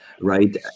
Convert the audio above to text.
right